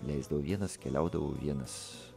leisdavau vienas keliaudavau vienas